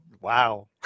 wow